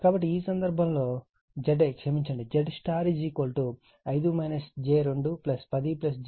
కాబట్టి ఈ సందర్భంలో Zi క్షమించండి ZΥ 5 j2 10 j 8 15 j 6 Ω అవుతుంది